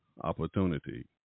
opportunity